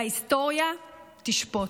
וההיסטוריה תשפוט.